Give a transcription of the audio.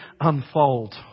unfold